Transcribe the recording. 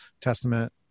Testament